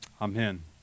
Amen